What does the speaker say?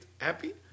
happy